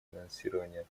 финансирования